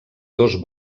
dos